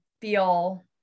feel